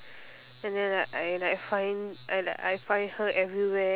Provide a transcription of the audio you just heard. and then like I like find I like I find her everywhere